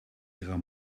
ihrer